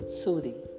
soothing